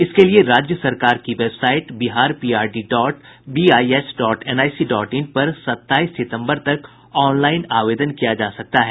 इसके लिए राज्य सरकार की website Bihar PRD dot BIH dot NIC dot in पर सत्ताईस सितम्बर तक ऑनलाईन आवेदन किया जा सकता है